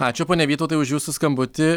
ačiū pone vytautai už jūsų skambutį